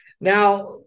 Now